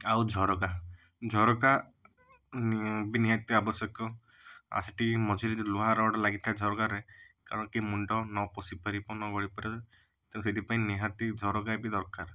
ଆଉ ଝରକା ଝରକା ବି ନିହାତି ଆବଶ୍ୟକ ଆ ସେଇଠି ମଝିରେ ଯେଉଁ ଲୁହା ରଡ଼୍ ଲାଗିଥାଏ ଝରକାରେ କାରଣ କେହି ମୁଣ୍ଡ ନ ପଶିପାରିବ ନ ଗଳିପାରିବ ତେଣୁ ସେଥିପାଇଁ ନିହାତି ଝରକା ବି ଦରକାର